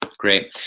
Great